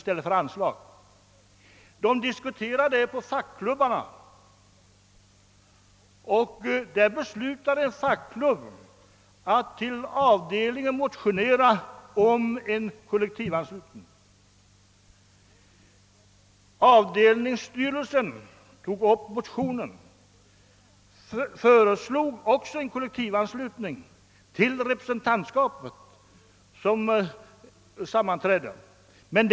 Man diskuterade saken på fackklubbarna, och en av dessa beslöt motionera till avdelningen om en kollektivanslutning. Avdelningsstyrelsen tog upp motionen och föreslog representantskapet ett beslut om kollektivanslutning.